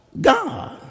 God